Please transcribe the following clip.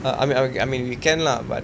ah I mean I mean I mean we can lah but